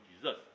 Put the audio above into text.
Jesus